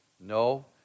No